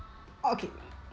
okay